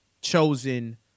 chosen